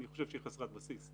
אני חושב שהיא חסרת בסיס.